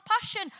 passion